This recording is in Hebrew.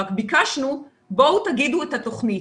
רק ביקשנו בואו תגידו את התוכנית.